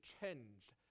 changed